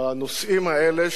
בנושאים האלה,